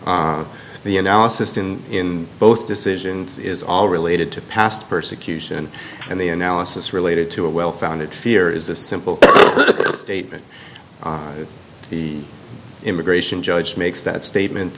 the analysis in both decisions is all related to past persecution and the analysis related to a well founded fear is a simple statement the immigration judge makes that statement